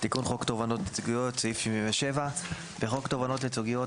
77.תיקון חוק תובענות ייצוגיות בחוק תובענות ייצוגיות,